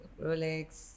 rolex